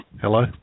Hello